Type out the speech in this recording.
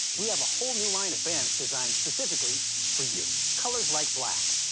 we have a whole new line of bands designed specifically for you. colors like black.